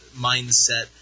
mindset